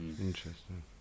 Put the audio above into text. Interesting